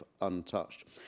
untouched